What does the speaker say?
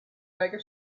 burger